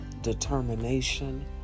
determination